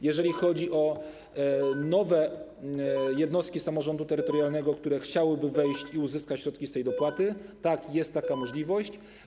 Jeżeli chodzi o nowe jednostki samorządu terytorialnego, które chciałyby dołączyć i uzyskać środki z tej dopłaty, to tak, jest taka możliwość.